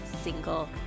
single